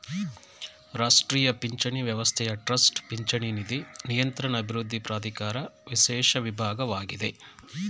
ರಾಷ್ಟ್ರೀಯ ಪಿಂಚಣಿ ವ್ಯವಸ್ಥೆಯ ಟ್ರಸ್ಟ್ ಪಿಂಚಣಿ ನಿಧಿ ನಿಯಂತ್ರಣ ಅಭಿವೃದ್ಧಿ ಪ್ರಾಧಿಕಾರ ವಿಶೇಷ ವಿಭಾಗವಾಗಿದೆ